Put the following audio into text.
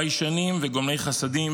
ביישנים וגומלי חסדים.